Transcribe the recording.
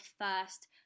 first